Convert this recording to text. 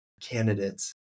candidates